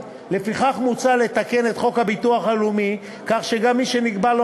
מוצע לתקן את חוק הביטוח הלאומי כך שגם מי שנקבעה לו